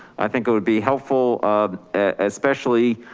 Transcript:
i think it would be helpful um especially,